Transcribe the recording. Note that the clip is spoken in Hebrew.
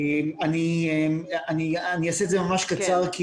אני אעשה את זה ממש קצר,